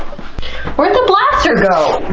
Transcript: where'd the blaster go?